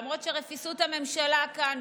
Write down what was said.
למרות רפיסות הממשלה כאן,